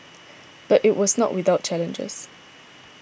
but it was not without challenges